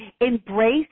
embrace